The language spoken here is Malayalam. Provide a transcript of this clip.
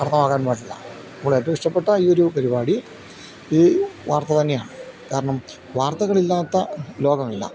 അർഥമാക്കാൻ പാടില്ല നമ്മൾ ഏറ്റവും ഇഷ്ടപ്പെട്ട ഈ ഒരു പരിപാടി ഈ വാർത്ത തന്നെയാണ് കാരണം വാർത്തകളില്ലാത്ത ലോകമില്ല